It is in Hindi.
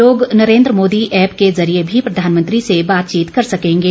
लोग नरेंद्र मोदी एप के जरिए भी प्रधानमंत्री से बातचीत कर सकेंगे